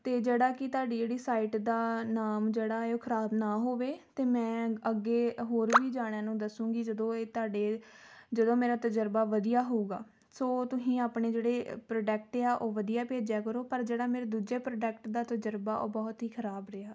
ਅਤੇ ਜਿਹੜਾ ਕਿ ਤੁਹਾਡੀ ਜਿਹੜੀ ਸਾਈਟ ਦਾ ਨਾਮ ਜਿਹੜਾ ਹੈ ਉਹ ਖ਼ਰਾਬ ਨਾ ਹੋਵੇ ਅਤੇ ਮੈਂ ਅੱਗੇ ਅ ਹੋਰ ਵੀ ਜਾਣਿਆਂ ਨੂੰ ਦੱਸੂੰਗੀ ਜਦੋਂ ਇਹ ਤੁਹਾਡੇ ਜਦੋਂ ਮੇਰਾ ਤਜਰਬਾ ਵਧੀਆ ਹੋਊਗਾ ਸੋ ਤੁਸੀਂ ਆਪਣੇ ਜਿਹੜੇ ਪ੍ਰੋਡੈਕਟ ਆ ਉਹ ਵਧੀਆ ਭੇਜਿਆ ਕਰੋ ਪਰ ਜਿਹੜਾ ਮੇਰੇ ਦੂਜੇ ਪ੍ਰੋਡੈਕਟ ਦਾ ਤਜਰਬਾ ਉਹ ਬਹੁਤ ਹੀ ਖ਼ਰਾਬ ਰਿਹਾ